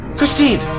Christine